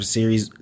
series